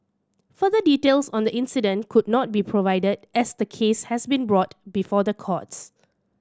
further details on the incident could not be provided as the case has been brought before the courts